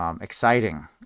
exciting